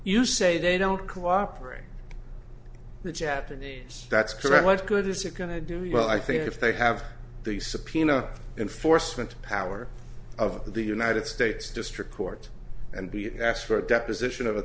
you say they don't cooperate the japanese that's correct what good is it going to do well i think if they have the subpoena enforcement power of the united states district court and be asked for a deposition